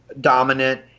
dominant